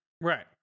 Right